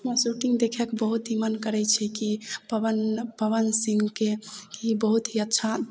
हमरा शूटिन्ग देखैके बहुत ही मोन करै छै कि पवन पवन सिंहके ही बहुत ही अच्छा